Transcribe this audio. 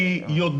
באיש הזה.